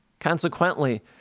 Consequently